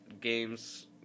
games